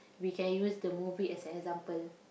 we can use the movie as an example